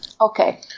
Okay